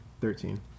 Thirteen